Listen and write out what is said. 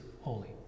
holy